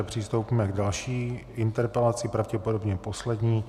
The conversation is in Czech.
Přistoupíme k další interpelaci, pravděpodobně poslední.